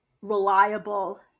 reliable